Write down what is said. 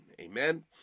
Amen